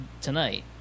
tonight